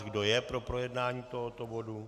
Kdo je pro projednání tohoto bodu?